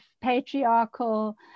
patriarchal